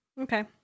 okay